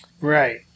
Right